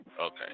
Okay